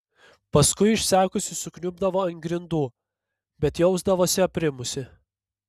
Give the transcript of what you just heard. paskui išsekusi sukniubdavo ant grindų bet jausdavosi aprimusi